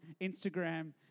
Instagram